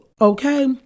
Okay